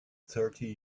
thirty